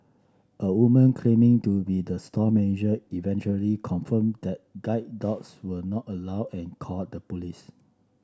a woman claiming to be the store manager eventually confirmed that guide dogs were not allowed and called the police